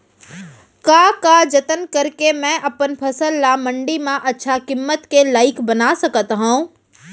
का का जतन करके मैं अपन फसल ला मण्डी मा अच्छा किम्मत के लाइक बना सकत हव?